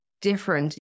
different